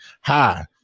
hi